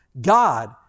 God